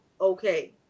okay